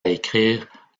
écrire